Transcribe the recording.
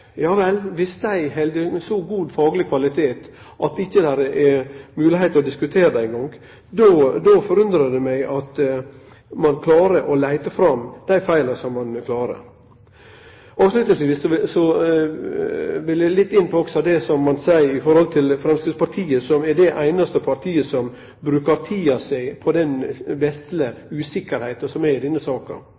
Ja vel, viss dei held ein så god fagleg kvalitet at det ikkje er moglegheit til å diskutere det eingong, då forundrar det meg at ein klarer å leite fram dei feila som ein gjer. Avslutningsvis vil eg også kome litt inn på det som ein seier om Framstegspartiet, som er det einaste partiet som brukar tida si på den «vesle usikkerheita» som er i denne saka.